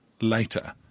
later